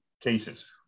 cases